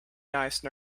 nice